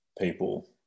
people